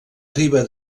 riba